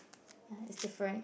ya is different